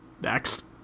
Next